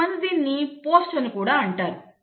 కొంతమంది దీనిని పోస్ట్ అని కూడా అంటారు